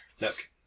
Look